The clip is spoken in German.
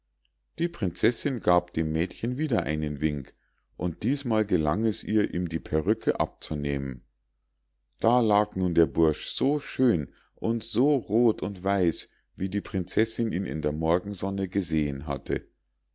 die prinzessinn gab dem mädchen wieder einen wink und diesmal gelang es ihr ihm die perrücke abzunehmen da lag nun der bursch so schön und so roth und weiß wie die prinzessinn ihn in der morgensonne gesehen hatte